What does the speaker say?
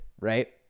Right